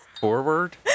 forward